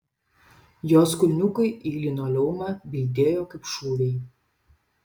jos kulniukai į linoleumą bildėjo kaip šūviai